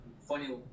funny